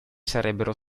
sarebbero